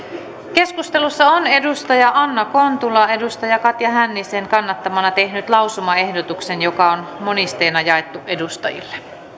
keskustelussa on anna kontula katja hännisen kannattamana tehnyt lausumaehdotuksen joka on monisteena jaettu edustajille